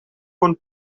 von